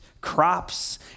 crops